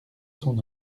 son